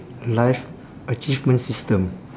life achievement system